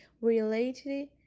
related